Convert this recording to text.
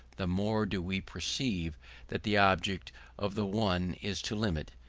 the more do we perceive that the object of the one is to limit,